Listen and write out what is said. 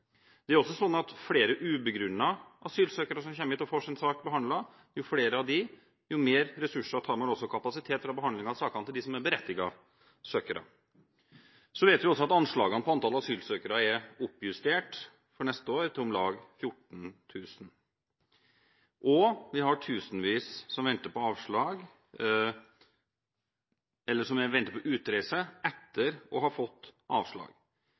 flere ubegrunnede asylsøkere som kommer hit og får sin sak behandlet, jo mer ressurser og kapasitet tar man fra behandlingen av sakene til dem som er berettigede søkere. Vi vet også at anslagene på antall asylsøkere er oppjustert for neste år til om lag 14 000, og vi har tusenvis som venter på utreise etter å ha fått avslag.